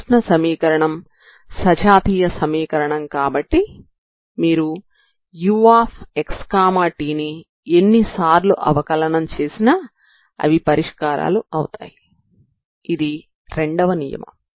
ఉష్ణ సమీకరణం సజాతీయ సమీకరణం కాబట్టి మీరు uxt ని ఎన్నిసార్లు అవకలనం చేసినా అవి పరిష్కారాలు అవుతాయి ఇది రెండవ నియమం